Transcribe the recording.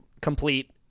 complete